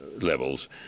levels